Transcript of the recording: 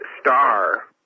star